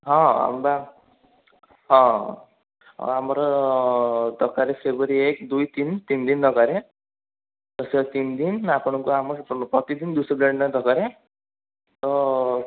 ହଁ ଆଉ ବା ହଁ ଆଉ ଆମର ତରକାରୀ ସେବୁରି ଏକ ଦୁଇ ତିନ୍ ତିନ୍ ଦିନ୍ ଦରକାର ସେ ତିନ୍ ଦିନ୍ ଆପଣଙ୍କୁ ଆମର ପ୍ରତିଦିନ ଦୁଇଶହ ପ୍ଲେଟ୍ ନେଖା ଦରକାର ତ